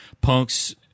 Punk's